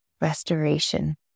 restoration